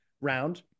round